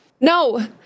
No